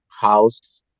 house